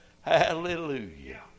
Hallelujah